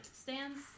stands